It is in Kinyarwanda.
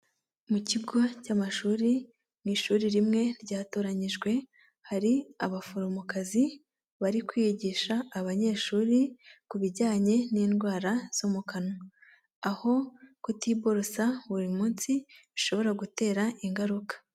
Mu kigo cy'amashuri, mu ishuri rimwe ryatoranyijwe hari abaforomokazi, bari kwigisha abanyeshuri ku bijyanye n'indwara zo mu kanwa. Aho kutibosa buri munsi bishobora gutera ingaruka.